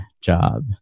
job